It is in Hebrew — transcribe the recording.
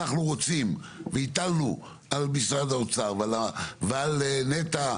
אנחנו רוצים והיטלנו על משרד האוצר ועל נת"ע,